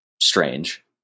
strange